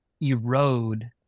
erode